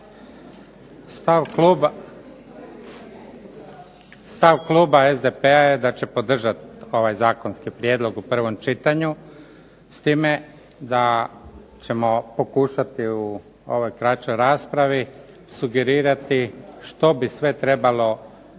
Stav kluba SDP-a je da će podržati ovaj zakonski prijedlog u prvom čitanju s time da ćemo pokušati u ovoj kraćoj raspravi sugerirati što bi sve trebalo